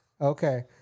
Okay